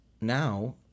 now